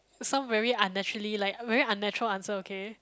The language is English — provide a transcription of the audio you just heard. some very unnaturally like very unnatural answer okay